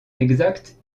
exact